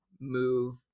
move